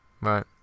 Right